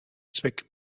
zweck